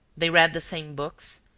they read the same books,